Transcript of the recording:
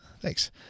Thanks